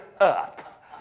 up